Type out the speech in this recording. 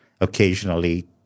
occasionally